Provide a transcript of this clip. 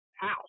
house